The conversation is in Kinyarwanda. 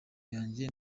yanjye